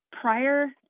prior